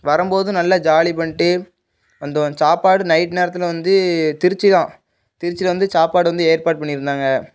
வரும் போது நல்லா ஜாலி பண்ணிட்டு வந்தோம் சாப்பாடு நைட் நேரத்தில் வந்து திருச்சி தான் திருச்சியில் வந்து சாப்பாடு வந்து ஏற்பாடு பண்ணி இருந்தாங்க